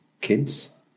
kids